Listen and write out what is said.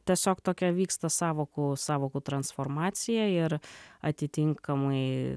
tiesiog tokia vyksta sąvokų sąvokų transformacija ir atitinkamai